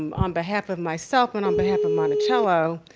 um on behalf of myself and on behalf of monticello,